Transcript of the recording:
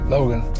Logan